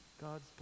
God's